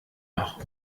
noch